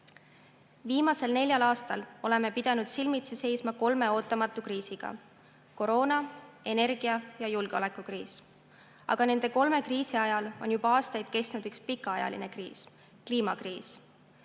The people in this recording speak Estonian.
Viimasel neljal aastal oleme pidanud silmitsi seisma kolme ootamatu kriisiga: koroona‑, energia‑ ja julgeolekukriis. Aga nende kolme kriisi ajal on juba aastaid kestnud üks pikaajaline kriis – kliimakriis.